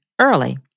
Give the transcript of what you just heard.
early